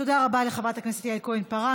תודה רבה לחברת הכנסת יעל כהן-פארן.